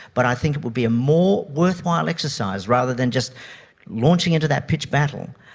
but i think it would be a more worthwhile exercise rather than just launching into that pitched battle,